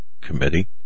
committee